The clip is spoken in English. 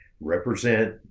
represent